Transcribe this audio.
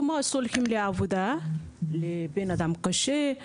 כמו שהולכים לעבודה עם בן אדם קשה,